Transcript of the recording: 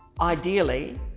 ideally